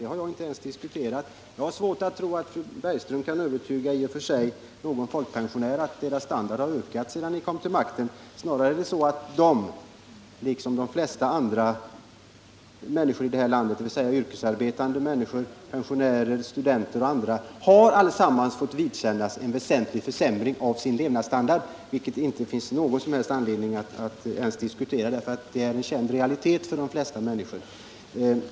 Det har jag inte ens diskuterat, men jag har svårt att tro att fröken Bergström kan övertyga någon folkpensionär om att hans standard har ökat sedan ni kom till makten. Snarare är det så att de, liksom de flesta andra människor i detta land — yrkesarbetande, pensionärer, studerande och andra — har fått vidkännas en väsentlig försämring av sin levnadsstandard. Det torde inte finnas någon som helst anledning att ens diskutera detta, då det är en känd realitet för de flesta människor.